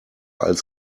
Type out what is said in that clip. als